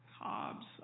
Hobbes